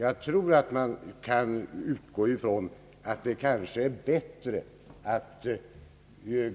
Jag tror man kan utgå ifrån att det kanske är bättre att